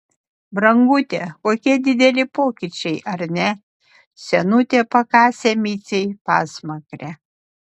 brangute kokie dideli pokyčiai ar ne senutė pakasė micei pasmakrę